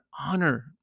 honor